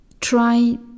try